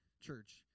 church